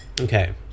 okay